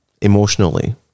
emotionally